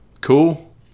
Cool